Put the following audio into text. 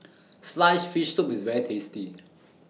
Sliced Fish Soup IS very tasty